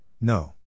no